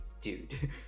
dude